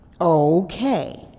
Okay